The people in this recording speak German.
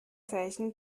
zeichen